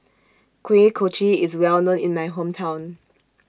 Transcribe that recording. Kuih Kochi IS Well known in My Hometown